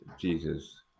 Jesus